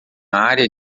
área